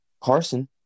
Carson